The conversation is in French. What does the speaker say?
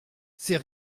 c’est